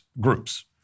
groups